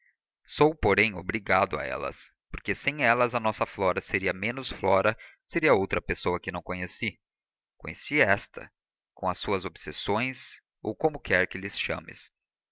sou porém obrigado a elas porque sem elas a nossa flora seria menos flora seria outra pessoa que não conheci conheci esta com as suas obsessões ou como quer que lhes chames